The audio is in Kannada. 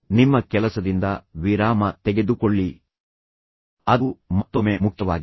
ನಿಮ್ಮ ಕೆಲಸದಿಂದ ವಿರಾಮ ತೆಗೆದುಕೊಳ್ಳಿ ಅದು ಮತ್ತೊಮ್ಮೆ ಮುಖ್ಯವಾಗಿದೆ